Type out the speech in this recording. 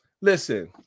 listen